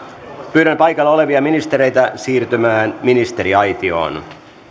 pyydän paikalla olevia ministereitä siirtymään ministeriaitioon